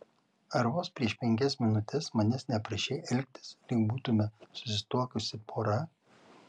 ar vos prieš penkias minutes manęs neprašei elgtis lyg būtumėme susituokusi pora